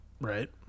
Right